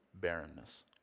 barrenness